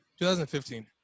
2015